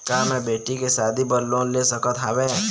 का मैं बेटी के शादी बर लोन ले सकत हावे?